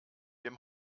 dem